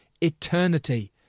eternity